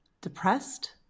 Depressed